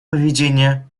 поведения